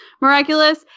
Miraculous